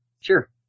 Sure